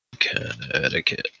Connecticut